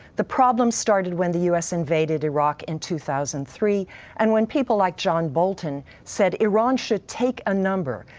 the problem started when the us invaded iraq in two thousand and three and when people like john bolton said, iran should take a number,